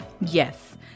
Yes